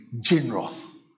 generous